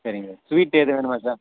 சரிங்க sir sweet ஏதும் வேணுமா சார்